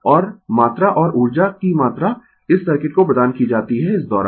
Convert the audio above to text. और मात्रा और ऊर्जा की मात्रा इस सर्किट को प्रदान की जाती है इस दौरान